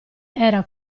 era